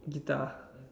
guitar